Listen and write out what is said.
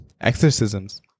exorcisms